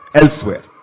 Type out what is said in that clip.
elsewhere